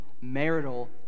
marital